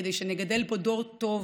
כדי שנגדל פה דור טוב,